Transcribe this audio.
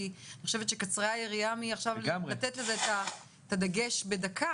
אני חושבת שקצרה היריעה לתת לזה עכשיו את הדגש בדקה,